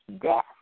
death